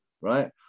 right